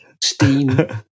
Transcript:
Steam